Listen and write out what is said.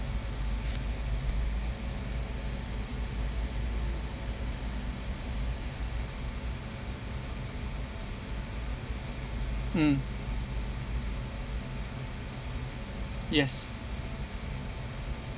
mm yes